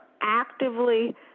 actively